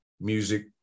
music